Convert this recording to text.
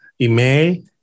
email